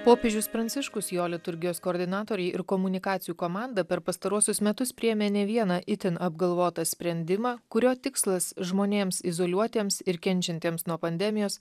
popiežius pranciškus jo liturgijos koordinatoriai ir komunikacijų komanda per pastaruosius metus priėmė ne vieną itin apgalvotą sprendimą kurio tikslas žmonėms izoliuotiems ir kenčiantiems nuo pandemijos